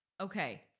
okay